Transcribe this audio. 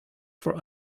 for